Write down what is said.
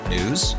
News